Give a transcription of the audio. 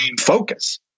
focus